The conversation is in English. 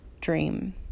dream